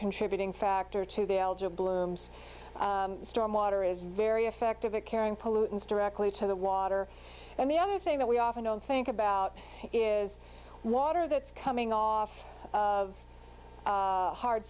contributing factor to the blooms stormwater is very effective at carrying pollutants directly to the water and the other thing that we often don't think about is water that's coming off of hard